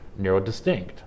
neurodistinct